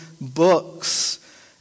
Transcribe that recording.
books